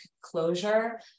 closure